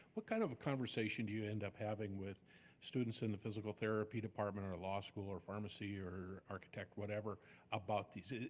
what kind of a conversation do you end up having with students in the physical therapy department or law school or pharmacy or architect, whatever about this?